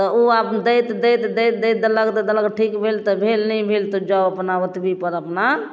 तऽ ओ आब दैत दैत दैत दैत देलक तऽ देलक ठीक भेल तऽ भेल नहि भेल तऽ जाउ अपना ओतबीपर अपना